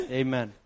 amen